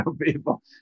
people